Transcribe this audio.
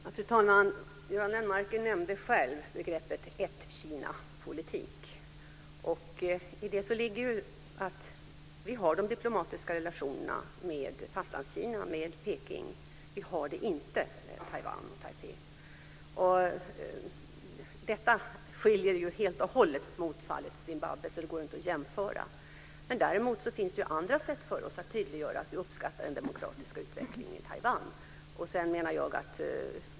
Fru talman! Göran Lennmarker nämnde själv begreppet ett-Kina-politik. I det ligger att vi har de diplomatiska relationerna med Fastlandskina och Peking - inte med Taiwan och Taipei. Detta skiljer sig helt och hållet mot fallet Zimbabwe. Det går inte att jämföra. Däremot finns det andra sätt för oss att tydliggöra att vi uppskattar den demokratiska utvecklingen i Taiwan.